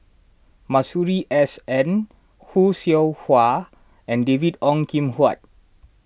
Masuri S N Khoo Seow Hwa and David Ong Kim Huat